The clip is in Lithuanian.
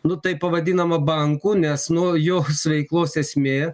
nu tai pavadinama banku nes nu jo veiklos esmė